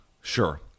Sure